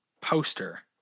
Poster